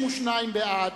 62 בעד,